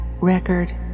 record